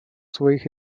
своих